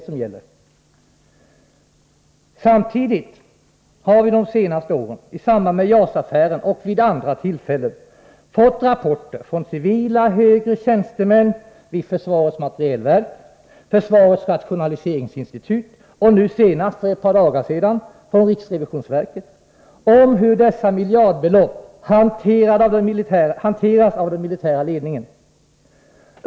Samtidigt har vi de senaste åren, i samband med JAS-affären och vid andra tillfällen, fått rapporter från civila, högre tjänstemän vid försvarets materielverk, försvarets rationaliseringsinstitut och nu senast för ett par dagar sedan från riksrevisionsverket om hur dessa miljardbelopp hanteras av den militära ledningen.